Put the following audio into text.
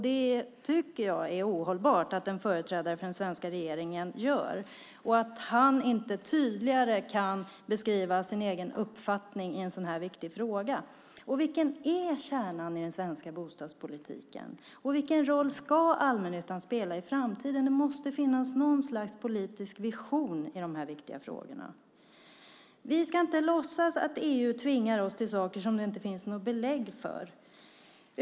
Jag tycker att det är ohållbart att en företrädare för den svenska regeringen gör det och att han inte tydligare kan beskriva sin egen uppfattning i en sådan här viktig fråga. Vilken är kärnan i den svenska bostadspolitiken? Vilken roll ska allmännyttan spela i framtiden? Det måste finnas något slags politisk vision i de här viktiga frågorna. Vi ska inte låtsas att EU tvingar oss till saker som det inte finns något belägg för.